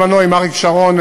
עבדתי בזמני עם אריק שרון,